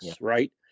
right